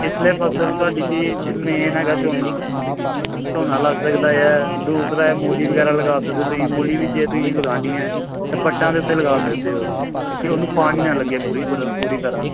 ਇਸ ਲਈ ਫ਼ਸਲ ਤੁਹਾਡੀ ਜੀ ਮੇਨ ਹੈਗਾ ਝੋਨਾ ਝੋਨਾ ਲੱਗ ਸਕਦਾ ਹੈ ਦੂਸਰਾ ਹੈ ਮੂਲੀ ਵਗੈਰਾ ਲਗਾ ਸਕਦੇ ਹੋ ਤੁਸੀਂ ਮੂਲੀ ਵੀ ਜੇ ਤੁਸੀਂ ਲਗਾਉਣੀ ਹੈ ਤਾਂ ਵੱਟਾਂ ਦੇ ਉੱਤੇ ਲਗਾ ਸਕਦੇ ਹੋ ਕਿ ਉਹਨੂੰ ਪਾਣੀ ਨਾ ਲੱਗੇ ਪੂਰੀ ਪਰਾ ਪੂਰੀ ਤਰ੍ਹਾਂ